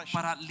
para